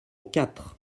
quatre